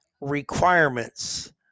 requirements